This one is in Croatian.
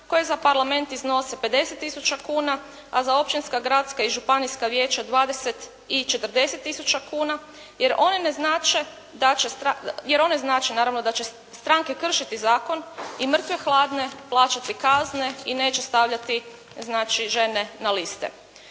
koje za Parlament iznose 50 tisuća kuna, a za općinska, gradska i županijska vijeća 20 i 40 tisuća kuna jer one ne znače da će, jer one znače naravno da će stranke kršiti zakon i mrtve hladne plaćati kazne i neće stavljati znači žene na liste.